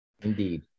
Indeed